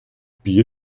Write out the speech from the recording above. bier